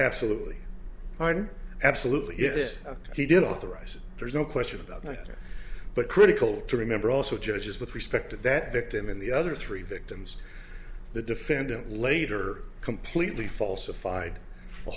absolutely absolutely yes he did authorize there's no question about that but critical to remember also just with respect to that victim and the other three victims the defendant later completely falsified